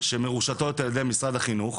שמרושתות על ידי משרד החינוך.